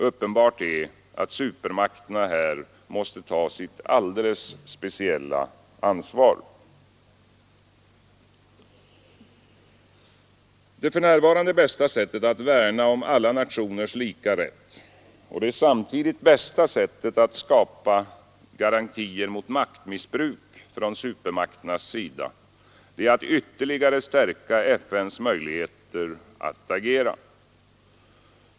Uppenbart är att supermakterna här måste ta sitt alldeles speciella ansvar. Det för närvarande bästa sättet att värna om alla nationers lika rätt och det samtidigt bästa sättet att skapa garantier mot maktmissbruk från supermakternas sida är att ytterligare stärka FN:s möjligheter att agera.